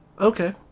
Okay